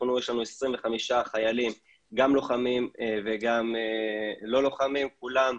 יש לנו 25 חיילים, גם לוחמים וגם לא לוחמים, כולם,